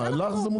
לך זה מותר?